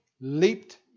leaped